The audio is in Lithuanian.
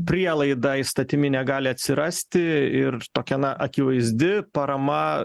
prielaida įstatyminė gali atsirasti ir tokia na akivaizdi parama